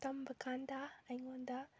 ꯇꯝꯕ ꯀꯥꯟꯗ ꯑꯩꯉꯣꯟꯗ